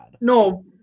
No